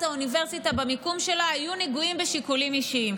האוניברסיטה במיקום שלה היו נגועים בשיקולים אישיים.